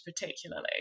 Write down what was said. particularly